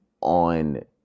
on